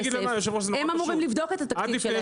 הם אמורים לבדוק את התקציב שלהם.